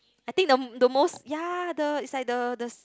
I think the the most yea the it's like the the